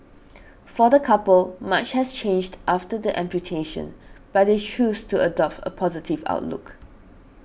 for the couple much has changed after the amputation but they choose to adopt a positive outlook